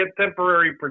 temporary